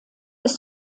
ist